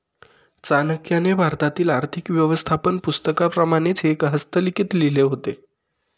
चाणक्याने भारतातील आर्थिक व्यवस्थापन पुस्तकाप्रमाणेच एक हस्तलिखित लिहिले होते